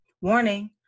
Warning